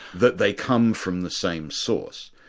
that they come from the same source.